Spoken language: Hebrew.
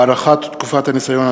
הארכת תקופת הניסיון),